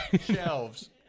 Shelves